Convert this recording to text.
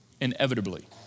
inevitably